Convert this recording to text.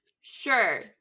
Sure